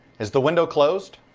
is the wind oweow closed?